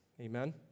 Amen